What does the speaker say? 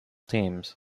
teams